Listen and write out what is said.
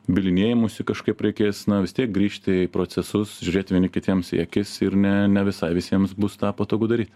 bylinėjimusi kažkaip reikės na vis tiek grįžti į procesus žiūrėti vieni kitiems į akis ir ne ne visai visiems bus tą patogu daryti